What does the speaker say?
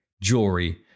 jewelry